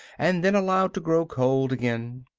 and then allowed to grow cold again.